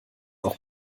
auch